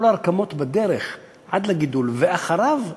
כל הרקמות בדרך עד לגידול ואחריו נפגעות.